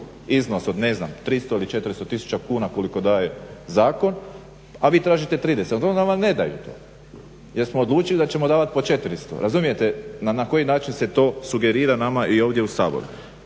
iznos od 300 ili 400 000 kuna koliko daje zakon, a vi tražite 30. Onda vam ne daju to jer smo odlučili da ćemo davat po 400, razumijete na koji način se to sugerira nama i ovdje u saboru.